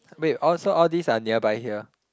wait all so all these are nearby here